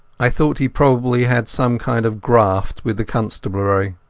i thought he probably had some kind of graft with the constabulary.